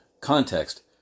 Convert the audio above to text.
context